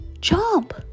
Jump